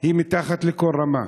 היא מתחת לכל רמה.